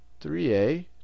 3a